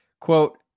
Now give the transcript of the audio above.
Quote